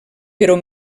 però